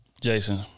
Jason